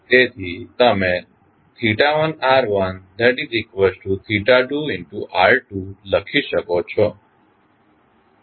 તેથી તમે 1r12r2લખી શકો છો